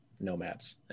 nomads